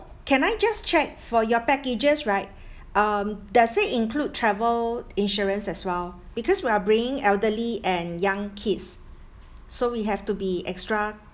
can I just check for your packages right um does it include travel insurance as well because we are bringing elderly and young kids so we have to be extra